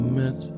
met